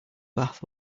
bath